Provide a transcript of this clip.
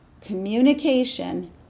Communication